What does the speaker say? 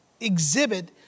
exhibit